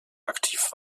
aktiv